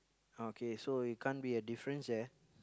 okay so it can't be a difference there